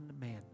man